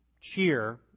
cheer